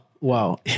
Wow